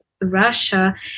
russia